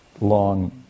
long